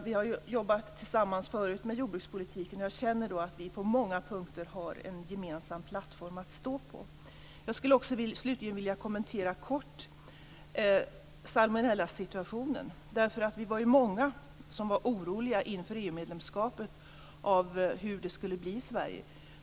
Vi har jobbat tillsammans med jordbrukspolitiken tidigare, och jag känner att vi på många punkter har en gemensam plattform att stå på. Slutligen vill jag kort kommentera salmonellasituationen. Vi var ju många som var oroliga inför EU medlemskapet för hur det skulle bli i Sverige.